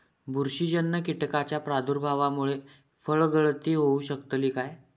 बुरशीजन्य कीटकाच्या प्रादुर्भावामूळे फळगळती होऊ शकतली काय?